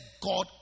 God